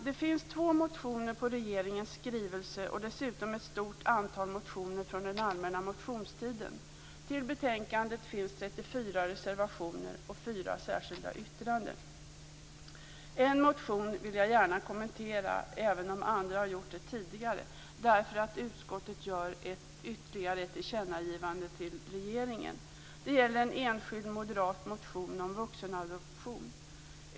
Det finns två motioner till regeringens skrivelse och dessutom ett stort antal motioner från den allmänna motionstiden. Till betänkandet finns 34 Det finns en motion som jag gärna vill kommentera, även om andra har gjort det tidigare, därför att utskottet gör ytterligare ett tillkännagivande till regeringen. Det gäller en enskild moderat motion om vuxenadoption.